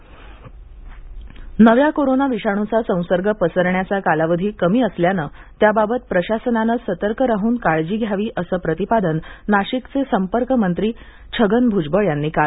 नवा कोरोना नव्या कोरोना विषाणूचा संसर्ग पसरण्याचा कालावधी कमी असल्याने त्याबाबत प्रशासनाने सतर्क राहून काळजी घेण्यात यावी असे प्रतिपादन नाशिकचे संपर्क मंत्री छगन भूजबळ यांनी केले